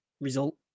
result